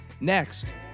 Next